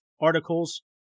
articles